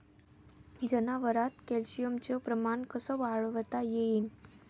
जनावरात कॅल्शियमचं प्रमान कस वाढवता येईन?